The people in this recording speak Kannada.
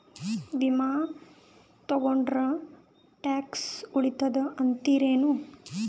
ವಿಮಾ ತೊಗೊಂಡ್ರ ಟ್ಯಾಕ್ಸ ಉಳಿತದ ಅಂತಿರೇನು?